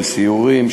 של סיורים,